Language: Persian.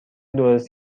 درست